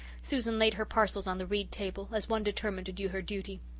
susan laid her parcels on the reed table, as one determined to do her duty.